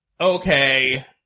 okay